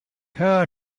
her